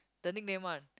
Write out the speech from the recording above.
the nickname one